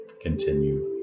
continue